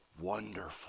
wonderful